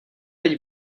teď